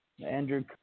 Andrew